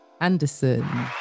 Anderson